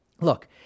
look